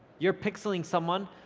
your pixeling someone,